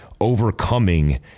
overcoming